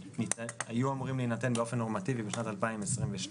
שהיו אמורים להינתן באופן נורמטיבי בשנת 2022,